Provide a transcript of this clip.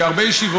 היו פה שרים שצחקו